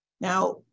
Now